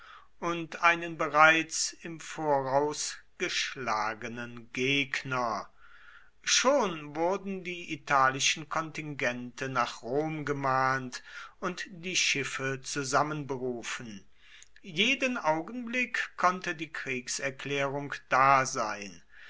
und einen bereits im voraus geschlagenen gegner schon wurden die italischen kontingente nach rom gemahnt und die schiffe zusammenberufen jeden augenblick konnte die kriegserklärung da sein